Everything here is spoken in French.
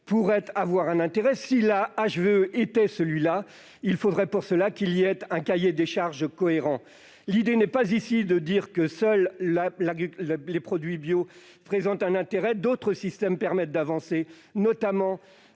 pouvait présenter un intérêt, et si la HVE était ce label, il faudrait pour autant que le cahier des charges soit cohérent. L'idée n'est pas ici de dire que seuls les produits bio présentent un intérêt. D'autres dispositifs permettent d'avancer, notamment